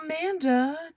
Amanda